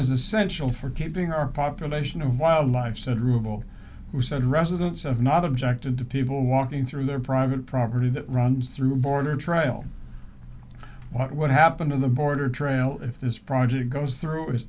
is essential for keeping our population of wildlife said rubel who said residents of not objected to people walking through their private property that runs through born trail what happened on the border trail if this project goes through i